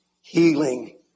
healing